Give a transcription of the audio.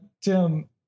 Tim